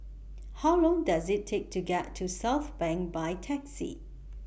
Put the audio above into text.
How Long Does IT Take to get to Southbank By Taxi